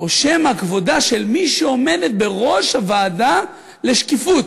או שמא כבודה של מי שעומדת בראש הוועדה לשקיפות?